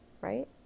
right